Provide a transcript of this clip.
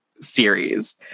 series